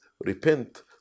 repent